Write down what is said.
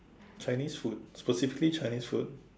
Chinese food specifically Chinese food